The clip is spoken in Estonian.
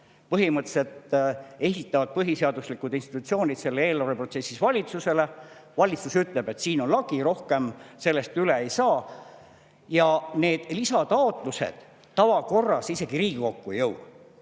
Põhimõtteliselt esitavad põhiseaduslikud institutsioonid need [taotlused] eelarveprotsessis valitsusele. Valitsus ütleb, et siin on lagi, sellest rohkem ei saa, ja need lisataotlused tavakorras isegi Riigikokku